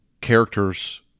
characters